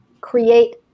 create